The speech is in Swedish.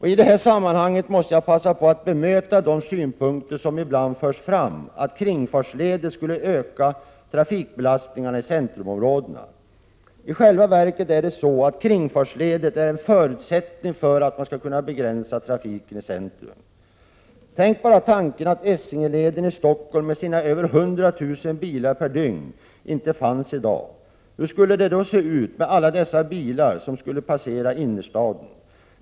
I det här sammanhanget måste jag passa på att bemöta de synpunkter som ibland förs fram att kringfartsleder skulle öka trafikbelastningarna i centrumområdena. I själva verket är det så att kringfartsleder är en förutsättning för att man skall kunna begränsa trafiken i centrum. Tänk bara tanken att Essingeleden i Stockholm med sina över 100 000 bilar per dygn inte fanns i dag! Hur skulle det då se ut om alla dessa bilar skulle passera genom innerstaden?